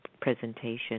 presentation